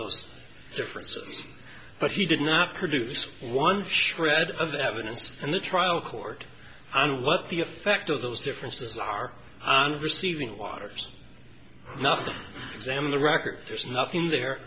those differences but he did not produce one shred of evidence and the trial court and what the effect of those differences are receiving waters nothing examine the record there's nothing there